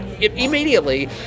immediately